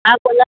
हां बोला